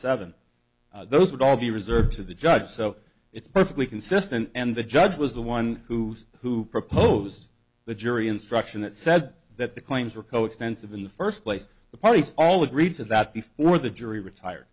seven those would all be reserved to the judge so it's perfectly consistent and the judge was the one who who proposed the jury instruction that said that the claims were co extensive in the first place the parties all agreed to that before the jury retire